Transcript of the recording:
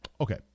Okay